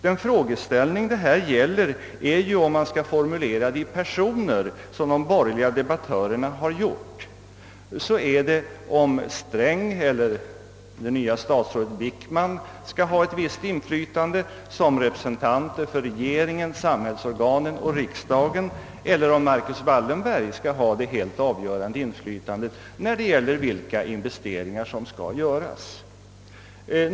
Den frågeställning det här gäller är ju — om man personifierar de agerande såsom de borgerliga debattörerna har gjort — huruvida herr Sträng eller det nya statsrådet herr Wickman skall ha ett visst inflytande såsom representanter för regeringen, samhällsorganen och riksdagen, eller om Marcus Wallenberg skall ha det helt avgörande inflytandet när det gäller vilka investeringar som skall göras.